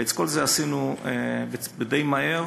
ואת כל זה עשינו די מהר,